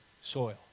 soil